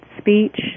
speech